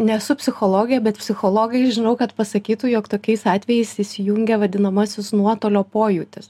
nesu psichologė bet psichologai žinau kad pasakytų jog tokiais atvejais įsijungia vadinamasis nuotolio pojūtis